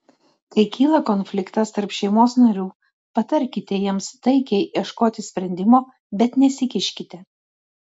kai kyla konfliktas tarp šeimos narių patarkite jiems taikiai ieškoti sprendimo bet nesikiškite